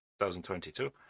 2022